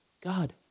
God